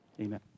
Amen